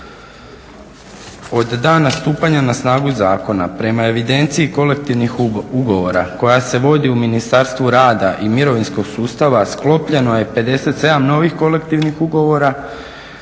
Od dana stupanja na snagu zakona prema evidenciji kolektivnih ugovora koja se vodi u Ministarstvu rada i mirovinskog sustava sklopljeno je 57 novih kolektivnih ugovora